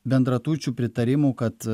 bendraturčių pritarimų kad